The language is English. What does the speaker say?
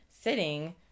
sitting